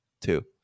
two